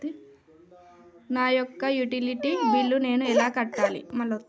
నా యొక్క utility bill నేను ఎలా కట్టాలి?